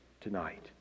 tonight